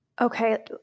Okay